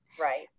Right